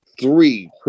three